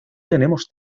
tenemos